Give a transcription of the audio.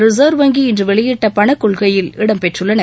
reserve வங்கி இன்று வெளியிட்ட பணக் கொள்கையில் இடம்பெற்றுள்ளன